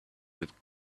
with